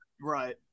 Right